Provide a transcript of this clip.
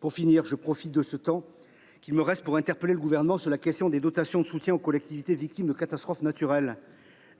Pour finir, je profite du temps qui me reste pour interpeller le Gouvernement sur la question des dotations de soutien aux collectivités victimes de catastrophes naturelles.